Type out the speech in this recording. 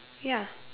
ya